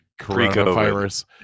coronavirus